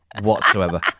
whatsoever